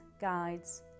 Guides